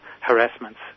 harassments